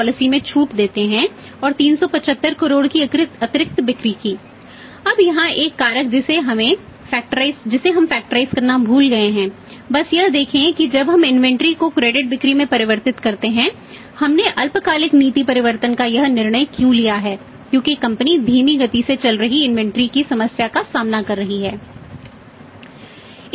इसलिए हमें 5270 करोड़ का इंक्रीमेंटल प्रॉफिट की समस्या का सामना कर रही थी